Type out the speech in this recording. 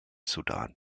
sudan